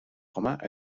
romains